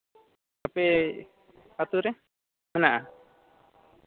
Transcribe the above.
ᱟᱯᱮ ᱟᱹᱛᱩ ᱨᱮ ᱦᱮᱱᱟᱜᱼᱟ